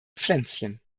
pflänzchen